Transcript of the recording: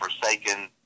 forsaken